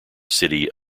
city